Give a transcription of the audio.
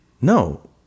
no